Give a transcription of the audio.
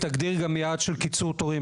תגדיר גם יעד של קיצור תורים,